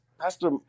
pastor